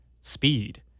speed